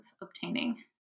obtaining